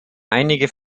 einige